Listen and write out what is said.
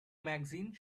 magazine